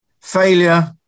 Failure